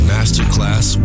Masterclass